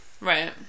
Right